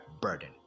burden